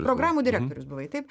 programų direktorius buvai taip